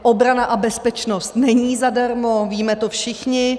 Obrana a bezpečnost není zadarmo, víme to všichni.